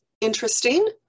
interesting